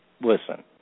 Listen